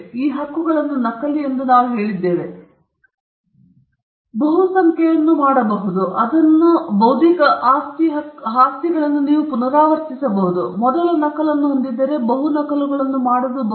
ಈ ಹಕ್ಕುಗಳು ನಕಲಿ ಎಂದು ನಾವು ಹೇಳಿದ್ದೇವೆ ನೀವು ಬಹುಸಂಖ್ಯೆಯನ್ನು ಮಾಡಬಹುದು ನೀವು ಅವುಗಳನ್ನು ಪುನರಾವರ್ತಿಸಬಹುದು ನೀವು ಮೊದಲ ನಕಲನ್ನು ಹೊಂದಿದ್ದರೆ ನೀವು ಅದರ ಬಹು ನಕಲುಗಳನ್ನು ಮಾಡಬಹುದು